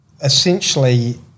essentially